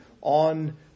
on